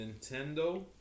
Nintendo